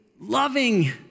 loving